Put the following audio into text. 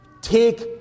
take